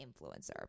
influencer